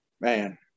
man